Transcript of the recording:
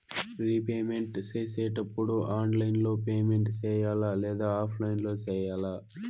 repayment సేసేటప్పుడు online లో payment సేయాలా లేదా ఆఫ్లైన్ లో సేయాలా